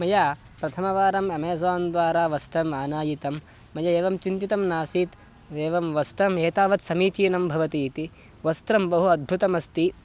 मया प्रथमवारम् अमेज़ान् द्वारा वस्त्रम् आनायितं मया एवं चिन्तितं नासीत् एवं वस्त्रम् एतावत् समीचीनं भवति इति वस्त्रं बहु अद्भुतमस्ति